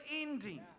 ending